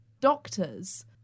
doctors